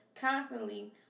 constantly